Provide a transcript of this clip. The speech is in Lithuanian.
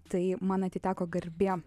tai man atiteko garbė